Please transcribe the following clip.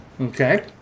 Okay